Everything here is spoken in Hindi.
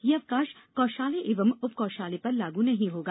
यह अवकाश कोषालय एवं उपकोषालय पर लागू नहीं होगा